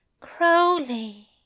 Crowley